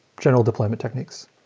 general deployment techniques.